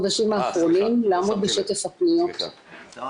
לאגף פניות הציבור כדי להביא את הקובלנה שלו,